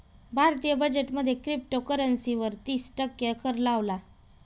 भारतीय बजेट मध्ये क्रिप्टोकरंसी वर तिस टक्के कर लावला